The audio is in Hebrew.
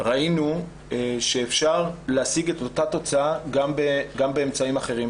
ראינו שאפשר להשיג את אותה תוצאה גם באמצעים אחרים.